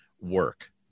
work